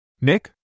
Nick